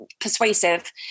persuasive